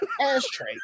ashtray